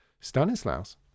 Stanislaus